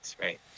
right